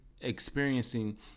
experiencing